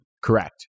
Correct